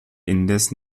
indes